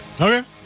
Okay